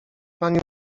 pani